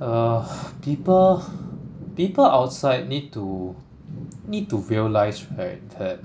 uh people people outside need to need to realise right that